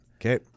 Okay